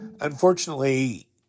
unfortunately